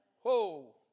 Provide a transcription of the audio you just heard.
Whoa